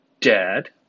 Dad